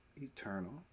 eternal